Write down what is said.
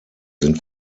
sind